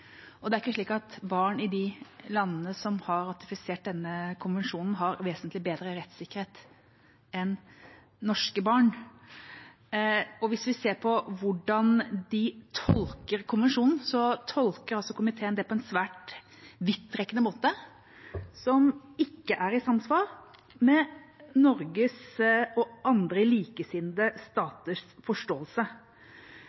og det er ikke slik at barn i de landene som har ratifisert denne konvensjonen, har vesentlig bedre rettssikkerhet enn norske barn. Og hvis vi ser på hvordan de tolker konvensjonen, tolker komiteen det på en svært vidtrekkende måte som ikke er i samsvar med Norges og andre likesinnede